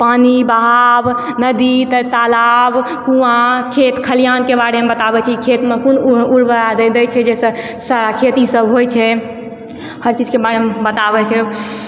पानि बहाव नदी तालाब कुआँ खेत खलिहानके बारेमे बताबय छै खेतमे कोन उ उर्वरा दै दै छै जैसँ सारा खेती सब होइ छै हर चीजके बारेमे बताबय छै